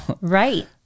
Right